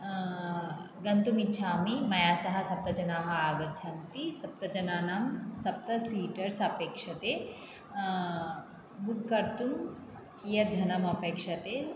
गन्तुमिच्छामि मया सह सप्तजनाः आगच्छन्ति सप्तजनानां सप्त सीटरस् अपेक्षते बुक् कर्तुं कियद्धनम् अपेक्षते